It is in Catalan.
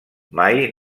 mai